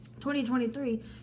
2023